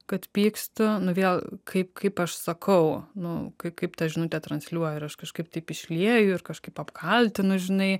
kad pyksta nu vėl kaip kaip aš sakau nu kaip kaip tą žinutę transliuoju ar aš kažkaip taip išlieju ir kažkaip apkaltinu žinai